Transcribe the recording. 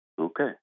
Okay